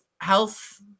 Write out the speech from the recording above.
health